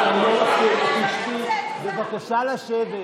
בבקשה לשבת.